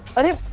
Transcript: are you